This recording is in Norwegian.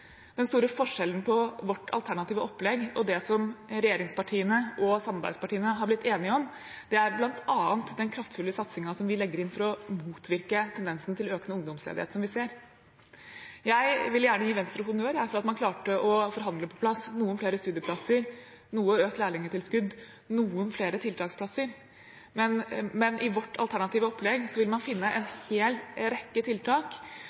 Den store forskjellen på vårt alternative opplegg og det som regjeringspartiene og samarbeidspartiene har blitt enige om, er bl.a. den kraftfulle satsingen vi legger inn for å motvirke tendensen som vi ser til økende ungdomsledighet. Jeg vil gjerne gi Venstre honnør for at man klarte å forhandle på plass noen flere studieplasser, noe økt lærlingtilskudd og noen flere tiltaksplasser. Men i vårt alternative opplegg vil man finne en hel rekke tiltak